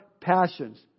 passions